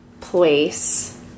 place